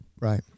Right